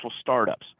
startups